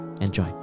Enjoy